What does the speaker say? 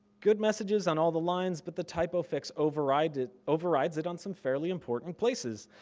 good messages on all the lines, but the typo fix overrides it overrides it on some fairly important places.